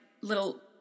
little